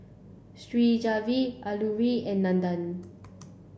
Shivaji Alluri and Nandan